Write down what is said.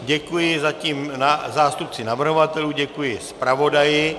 Děkuji zatím zástupci navrhovatelů, děkuji zpravodaji.